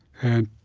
and